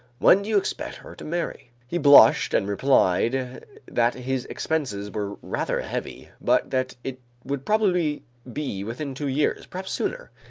when do you expect her to marry? he blushed and replied that his expenses were rather heavy but that it would probably be within two years, perhaps sooner,